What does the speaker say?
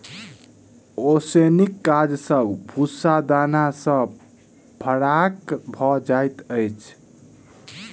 ओसौनीक काज सॅ भूस्सा दाना सॅ फराक भ जाइत अछि